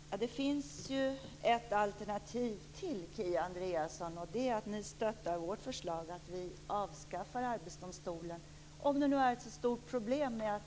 Herr talman! Det finns ju ett alternativ till, Kia Andreasson. Det är att ni stöttar vårt förslag att vi avskaffar Arbetsdomstolen, om det nu är ett så stort problem med att